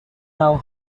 now